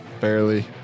barely